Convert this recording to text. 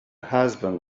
husband